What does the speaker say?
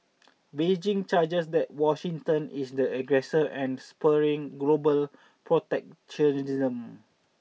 Beijing charges that Washington is the aggressor and spurring global protectionism